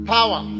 Power